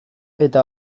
eta